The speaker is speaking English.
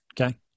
Okay